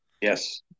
Yes